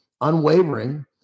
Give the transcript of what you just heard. unwavering